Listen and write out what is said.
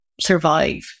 survive